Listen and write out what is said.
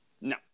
No